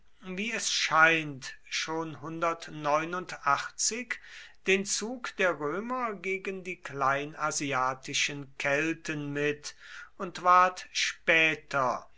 wie es scheint schon den zug der römer gegen die kleinasiatischen kelten mit und ward später